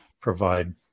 provide